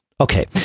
Okay